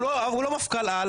הוא לא מפכ"ל על,